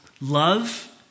Love